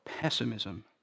pessimism